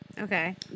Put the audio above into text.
Okay